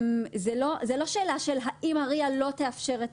זו לא שאלה של האם ה-RIA לא תאפשר את